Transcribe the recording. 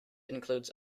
includes